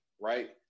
right